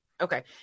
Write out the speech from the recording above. Okay